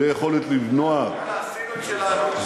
בלי היכולת למנוע גזלה.